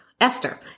Esther